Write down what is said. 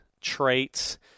traits